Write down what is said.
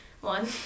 one